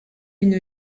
une